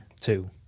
Two